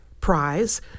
Prize